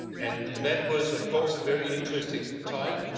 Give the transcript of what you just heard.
and that was, of course, a very interesting time.